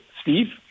Steve